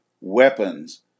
weapons